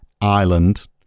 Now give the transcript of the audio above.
Ireland